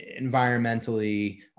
environmentally